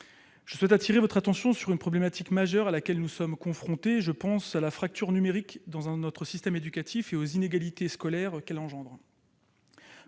Je souhaite attirer votre attention sur une problématique majeure à laquelle nous sommes confrontés : celle de la fracture numérique au sein de notre système éducatif et des inégalités scolaires qu'elle engendre.